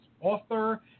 author